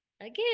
again